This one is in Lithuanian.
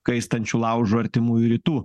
kaistančiu laužu artimųjų rytų